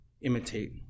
imitate